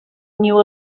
knew